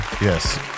Yes